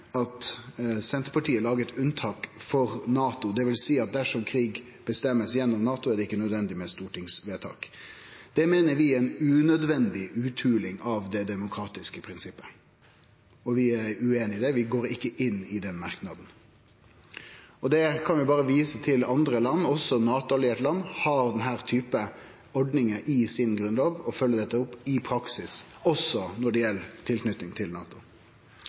at Senterpartiet lagar eit unntak for NATO, dvs. at dersom krig blir bestemd gjennom NATO, er det ikkje nødvendig med stortingsvedtak. Det meiner vi er ei unødvendig utholing av det demokratiske prinsippet. Vi er ueinige i det – vi er ikkje med på den merknaden. Vi kan berre vise til at andre land, også NATO-allierte land, har denne typen ordningar i grunnlova si og følgjer dette opp i praksis – også når det gjeld tilknyting til